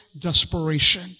desperation